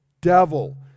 devil